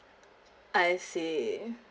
I see